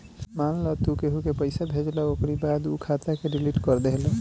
मान लअ केहू के तू पईसा भेजला ओकरी बाद उ खाता के डिलीट कर देहला